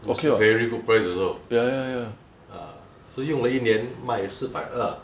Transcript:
it's very good price also ah so 用了一年卖四百二